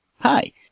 Hi